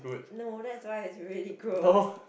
no that's why it's really gross